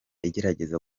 igerageza